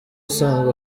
usanzwe